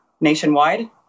nationwide